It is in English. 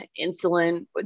insulin